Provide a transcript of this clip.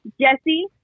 Jesse